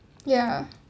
ya